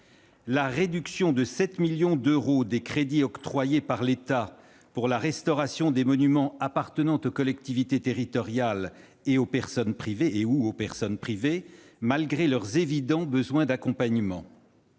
la réduction de 7 millions d'euros des crédits octroyés par l'État pour la restauration des monuments appartenant aux collectivités territoriales ou aux personnes privées, malgré leurs évidents besoins d'accompagnement.